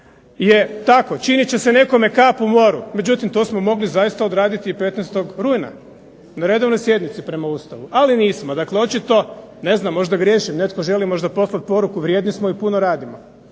je tako činit će se nekome kap u moru. Međutim, to smo mogli zaista odraditi i 15. rujna na redovnoj sjednici prema Ustavu, ali nismo. Dakle očito, ne znam možda griješim, netko želi možda poslati poruku vrijedni smo i puno radimo.